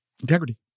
Integrity